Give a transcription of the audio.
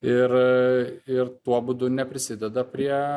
ir ir tuo būdu neprisideda prie